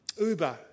Uber